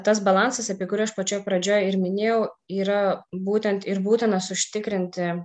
tas balansas apie kurį aš pačioj pradžioj ir minėjau yra būtent ir būtinas užtikrinti